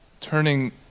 turning